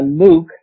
Luke